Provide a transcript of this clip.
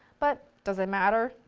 but does it matter?